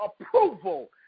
approval